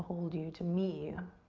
hold you, to meet you. you